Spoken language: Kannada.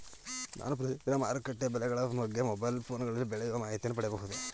ನಾನು ಪ್ರತಿದಿನ ಮಾರುಕಟ್ಟೆಯ ಬೆಲೆಗಳ ಬಗ್ಗೆ ಮೊಬೈಲ್ ಫೋನ್ ಗಳಲ್ಲಿ ಬೆಲೆಯ ಮಾಹಿತಿಯನ್ನು ಪಡೆಯಬಹುದೇ?